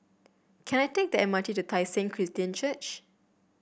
can I take the M R T to Tai Seng Christian Church